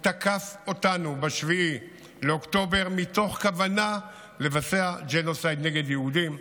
הוא תקף אותנו ב-7 באוקטובר מתוך כוונה לבצע ג'נוסייד נגד יהודים,